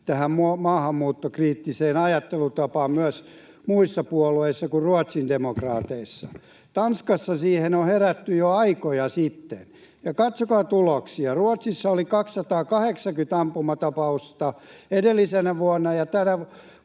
tähän maahanmuuttokriittiseen ajattelutapaan myös muissa puolueissa kuin ruotsidemokraateissa. Tanskassa siihen on herätty jo aikoja sitten. Katsokaa tuloksia: Ruotsissa oli 280 ampumatapausta edellisenä vuonna